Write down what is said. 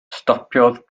stopiodd